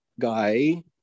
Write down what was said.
guy